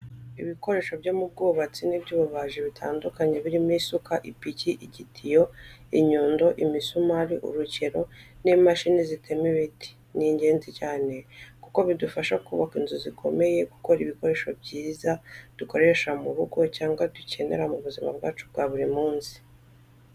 Ibikoresho byo mu bwubatsi n'iby'ububaji bitandukanye birimo isuka, ipiki, igitiyo, inyundo, imisumari, urukero, n’imashini zitema ibiti. Ni ingenzi cyane kuko bidufasha kubaka inzu zikomeye, gukora ibikoresho byiza dukoresha mu rugo cyangwa dukenera mu buzima bwacu bwa buri munsi.